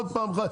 ועוד פעם,